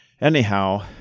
Anyhow